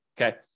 okay